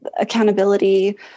accountability